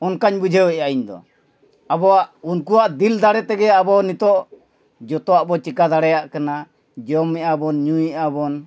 ᱚᱱᱠᱟᱧ ᱵᱩᱡᱷᱟᱹᱣᱮᱫᱟ ᱤᱧᱫᱚ ᱟᱵᱚᱣᱟᱜ ᱩᱱᱠᱩᱣᱟᱜ ᱫᱤᱞ ᱫᱟᱲᱮ ᱛᱮᱜᱮ ᱟᱵᱚ ᱱᱤᱛᱳᱜ ᱡᱷᱚᱛᱚᱣᱟᱜ ᱵᱚ ᱪᱤᱠᱟᱹ ᱫᱟᱲᱮᱭᱟᱜ ᱠᱟᱱᱟ ᱡᱚᱢᱮᱜ ᱟᱵᱚᱱ ᱧᱩᱮᱜ ᱟᱵᱚᱱ